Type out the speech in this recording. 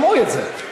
שמעו את זה.